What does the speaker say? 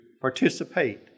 participate